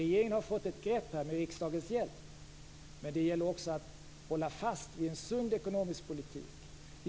Regeringen har med riskdagens hjälp fått ett grepp, men det gäller också att hålla fast vid en sund ekonomisk politik.